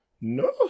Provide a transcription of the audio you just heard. No